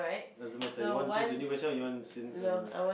doesn't matter you want choose a new question or you want same question